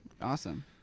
Awesome